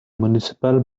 municipal